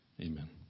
Amen